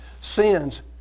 sins